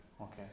Okay